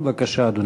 בבקשה, אדוני.